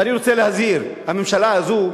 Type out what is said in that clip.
ואני רוצה להזהיר: הממשלה הזו,